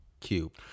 Cube